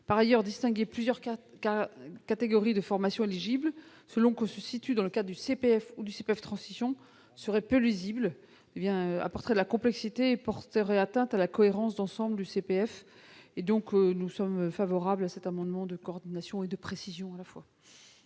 Par ailleurs, distinguer plusieurs catégories de formations éligibles, selon que l'on se situe dans le cadre du CPF ou du CPF de transition, serait peu lisible, apporterait de la complexité et porterait atteinte à la cohérence d'ensemble du CPF. Aussi, le Gouvernement est favorable à cet amendement de coordination et de précision. Quel est